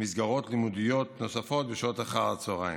מסגרות לימודיות נוספות בשעות אחר הצוהריים.